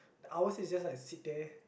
the hours is just like sit there